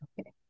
Okay